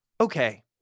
okay